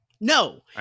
No